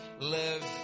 live